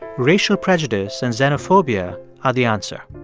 racial prejudice and xenophobia are the answer.